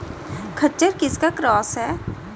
खच्चर किसका क्रास है?